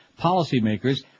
policymakers